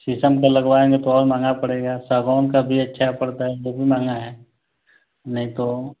शीशम का लगवाएंगे तो और महंगा पड़ेगा सागवान का भी अच्छा पड़ता है वो भी महंगा है नहीं तो